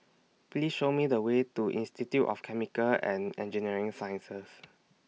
Please Show Me The Way to Institute of Chemical and Engineering Sciences